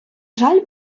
жаль